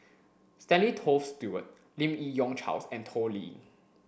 Stanley Toft Stewart Lim Yi Yong Charles and Toh Liying